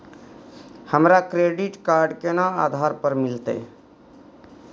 हमरा credit card केना आधार पर मिलते?